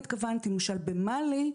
במל"י,